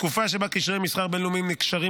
בתקופה שבה קשרי מסחר בין-לאומיים נקשרים